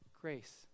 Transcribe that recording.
grace